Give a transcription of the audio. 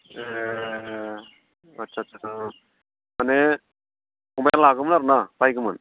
एह आच्चा आच्चा माने फंबाया लागौमोन आरो ना बायगौमोन